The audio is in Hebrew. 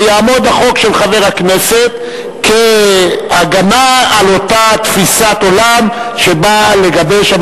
ויעמוד החוק של חבר הכנסת כהגנה על אותה תפיסת עולם שבאה הממשלה לגבש.